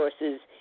resources